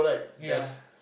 ya